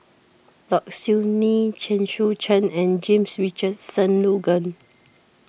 Low Siew Nghee Chen Sucheng and James Richardson Logan